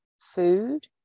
food